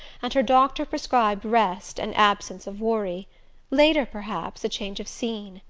and her doctor prescribed rest and absence of worry later, perhaps, a change of scene.